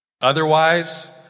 Otherwise